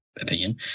opinion